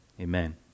Amen